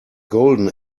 golden